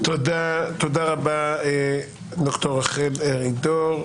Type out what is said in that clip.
תודה רבה, ד"ר רחל ארידור.